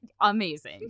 amazing